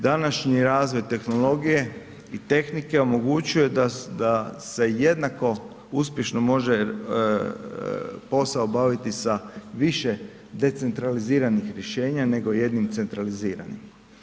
Današnji razvoj tehnologije i tehnike omogućio je da se jednako uspješno može posao obaviti sa više decentraliziranih rješenja, nego jednim centraliziranim.